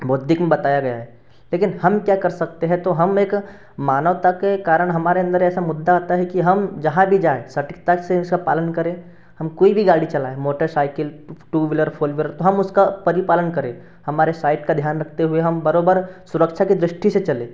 बौद्धिक में बताया गया है लेकिन हम क्या कर सकते हैं तो हम एक मानवता के कारण हमारे अन्दर ऐसा मुद्दा आता है कि हम जहाँ भी जाएँ सटीकता से उसका पालन करें हम कोई भी गाड़ी चलाएँ motorcycle two wheeler four wheeler तो हम उसका परिपालन करें हमारे साईड का ध्यान रखते हुए हम बराबर सुरक्षा के दृष्टि से चलें